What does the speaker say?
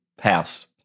house